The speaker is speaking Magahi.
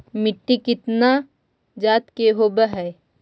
मिट्टी कितना जात के होब हय?